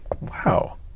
Wow